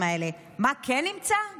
מה הוא כן ימצא?